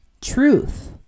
truth